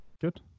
good